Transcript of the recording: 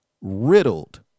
riddled